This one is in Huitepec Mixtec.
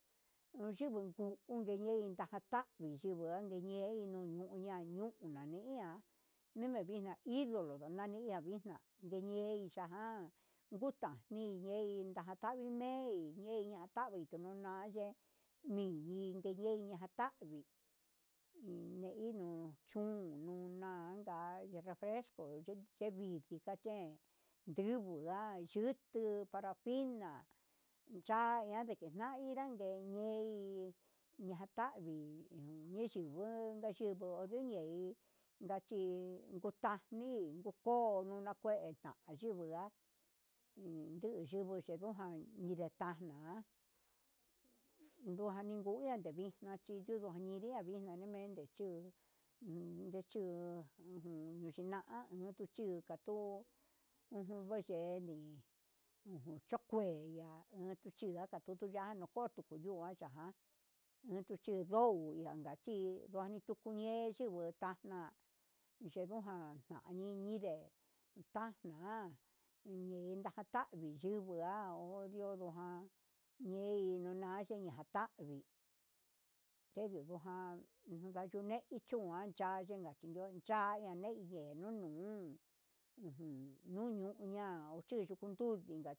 Uyinguu ungueñei tajatavi yinguan ndeñei ñuñanunani, iin nuvi vixna indo'o ndelonana vixna keñei ndajan nguta niñei najan tavii nei, ñei natavi kunuye mindi niyeiña jatavi nguu neinu chun nduna'a ta refresco chí chevidi kaché ndunguu nga chutu parafina cha iha ndijina na inrá ndeyein ña tavii ndichinunka chívo ninréi ndachi ngutaxni, nduku nunakueta yin ndujunda niyungu yenrojan nindetana ha nundua yende hí naxhindu nundia vixna yende nguu uun nechuu ujun nruchi nanu nuchi nutó ujun nicheni, unuchokueya ninu nruchi ya'a no ko'o tunduu kanga nunrtuchidu'o nanka chí, nduu huatukuñe ndinguitana yenduján ñeninde tan ña'a nina tangui yunguu uhe uchondojan ngue natandi chendio kujan ujun naye'e nichuan cha'a yenyi yuu chá ya neine nunu ujun nunu nuya'a chiko nuu tudinka.